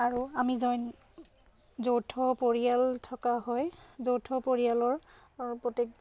আৰু আমি জইন যৌথ পৰিয়াল থকা হয় যৌথ পৰিয়ালৰ প্ৰত্যেক